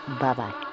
Bye-bye